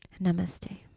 Namaste